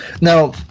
Now